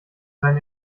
sein